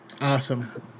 Awesome